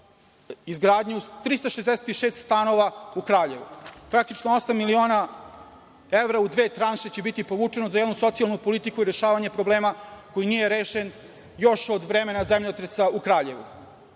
izgradnju 366 stanova u Kraljevu. Praktično, osam miliona evra u dve tranše će biti povučeno za jednu socijalnu politiku i rešavanje problema koji nije rešen još od vremena zemljotresa u Kraljevu. Kada